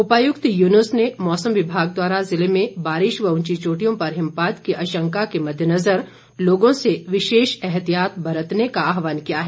उपायुक्त यूनस ने मौसम विभाग द्वारा जिले में बारिश व ऊंची चोटियों पर हिमपात के आशंका के मददेनजर लोगों से विशेष ऐतिहायत बर्तने का आहवान किया है